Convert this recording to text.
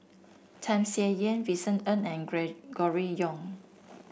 Tham Sien Yen Vincent Ng and Gregory Yong